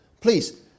please